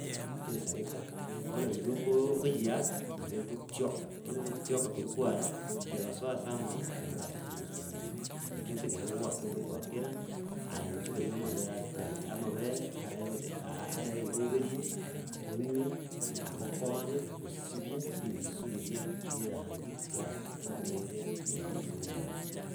Tesareka, bono riria okoooo okoyeaka, nabo egotioka, eogoegotioka koria kwaye, kegosoa ase amaaa, nabo erase gogosumbua. Naki etakeire go gwakorire gwaka erangi aye inchwe kanywe amabere are fresh, amabere ared aa are iga oberie, onywe, agokonye gosibia rimusu riria ria erangi gwatiokereire korwa rituko rigima.